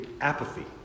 apathy